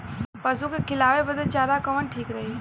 पशु के खिलावे बदे चारा कवन ठीक रही?